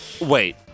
wait